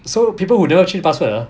so people who never change password ah